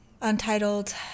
untitled